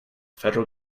federal